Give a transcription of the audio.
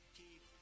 keep